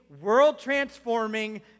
world-transforming